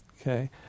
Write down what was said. okay